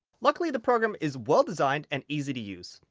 luckily the program is well designed and easy to use.